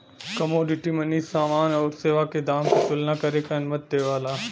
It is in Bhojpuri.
कमोडिटी मनी समान आउर सेवा के दाम क तुलना करे क अनुमति देवला